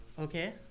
Okay